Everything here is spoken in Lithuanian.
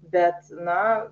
bet na